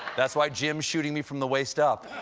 that's why jim's shooting me from the waist up.